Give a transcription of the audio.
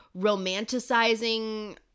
romanticizing